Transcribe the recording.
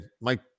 Mike